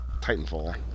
Titanfall